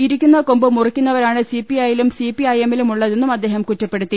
ഇരിക്കുന്ന കൊമ്പ് മുറിക്കുന്നവരാണ് സി പി ഐയിലും സി പി ഐ എമ്മിലും ഉളളതെന്നും അദ്ദേഹം കൂറ്റപ്പെടുത്തി